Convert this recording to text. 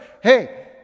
Hey